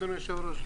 אדוני היושב-ראש,